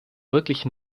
wirklich